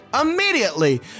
immediately